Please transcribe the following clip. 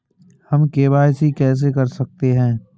हम के.वाई.सी कैसे कर सकते हैं?